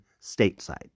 stateside